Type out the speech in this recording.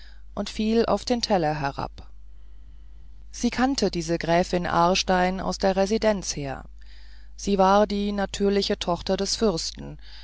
und fiel auf den teller herab sie kannte diese gräfin aarstein aus der residenz her sie war die natürliche tochter des fürsten